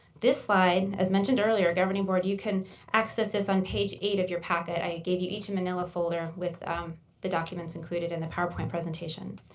this slide, as mentioned earlier governing board, you can access this on page eight of your packet. i gave you each a manila folder with the documents included in the powerpoint presentation.